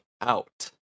out